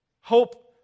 Hope